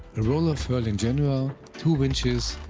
a roller furling genoa, two winches,